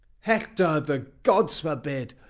hector! the gods forbid!